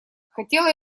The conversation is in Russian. хотела